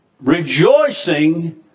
rejoicing